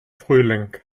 frühling